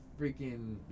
freaking